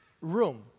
room